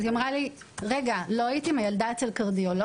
היא אמרה: רגע, לא היית עם הילדה אצל קרדיולוג?